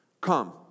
come